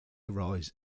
arise